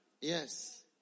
Yes